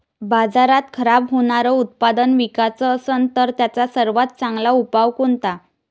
बाजारात खराब होनारं उत्पादन विकाच असन तर त्याचा सर्वात चांगला उपाव कोनता?